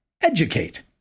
Educate